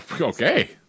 Okay